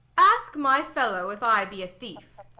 ask my fellow if i be a thief.